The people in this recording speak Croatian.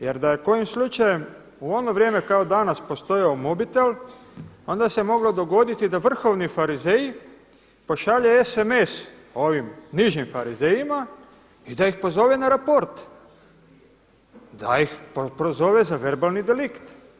Jer da je kojim slučajem u ono vrijeme kao danas postojao mobitel, onda se moglo dogoditi da vrhovni farizeji pošalje SMS ovim nižim farizejima i da ih pozove na raport, da ih prozove za verbalni delikt.